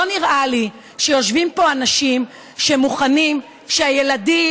לא נראה לי שיושבים פה אנשים שמוכנים שהילדים,